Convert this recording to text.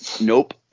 Nope